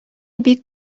бик